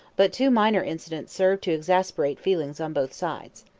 but two minor incidents served to exasperate feelings on both sides.